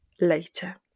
later